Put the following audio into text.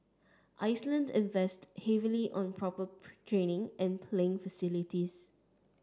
Iceland invested heavily on proper training and playing facilities